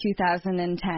2010